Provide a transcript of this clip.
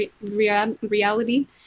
reality